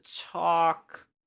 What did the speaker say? talk